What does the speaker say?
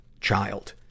child